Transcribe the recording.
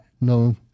No